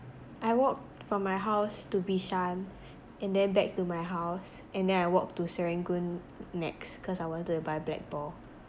I walked from my house to bishan and then back to my house and then I walked to serangoon nex cause I wanted to buy Blackball